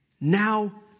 now